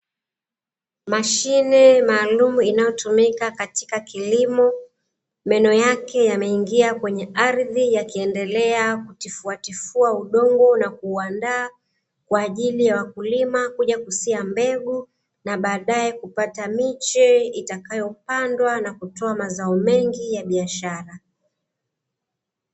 Mashine maalumu inayotumika katika kilimo, meno yake yameingia kwenye ardhi, yakiendelea kutifuatifua udongo na kuuandaa, kwa ajili ya wakulima kuja kusia mbegu na baadae kupata miche itakayopandwa na baadae kuja kutoa mazao mengi kwa ajili ya biashara.